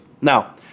Now